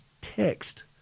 text